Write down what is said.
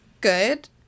good